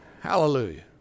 Hallelujah